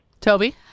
Toby